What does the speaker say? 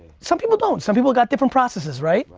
some people don't. some people got different processes, right?